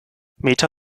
meta